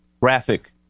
graphic